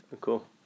Cool